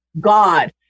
God